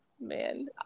man